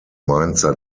mainzer